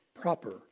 proper